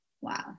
Wow